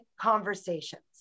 conversations